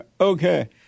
Okay